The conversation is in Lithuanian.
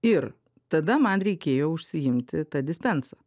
ir tada man reikėjo užsiimti ta dispensa